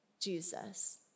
Jesus